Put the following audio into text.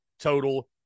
total